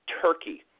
Turkey